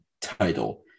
title